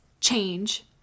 change